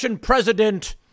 President